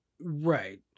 Right